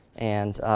and